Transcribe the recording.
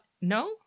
no